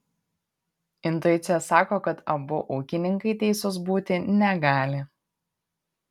intuicija sako kad abu ūkininkai teisūs būti negali